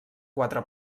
quatre